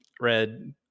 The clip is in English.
Red